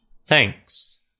Thanks